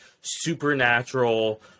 supernatural